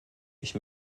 ich